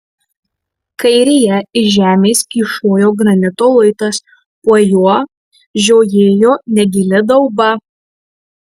kairėje iš žemės kyšojo granito luitas po juo žiojėjo negili dauba